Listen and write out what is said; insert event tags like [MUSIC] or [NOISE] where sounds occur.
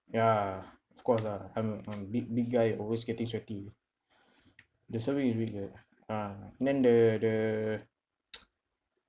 ya of course lah I'm I'm a big big guy always getting sweaty the serving is big right ah then the the [NOISE]